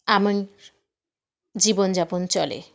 আমি জীবনযাপন চলে